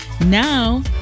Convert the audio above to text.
Now